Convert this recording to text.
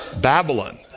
Babylon